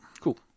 Cool